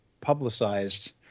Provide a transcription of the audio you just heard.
publicized